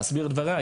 להסביר את דבריה.